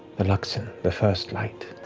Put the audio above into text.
the luxon, the first light,